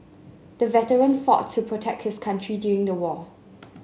the veteran fought to protect his country during the war